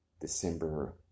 December